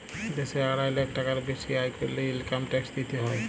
দ্যাশে আড়াই লাখ টাকার বেসি আয় ক্যরলে ইলকাম ট্যাক্স দিতে হ্যয়